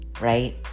right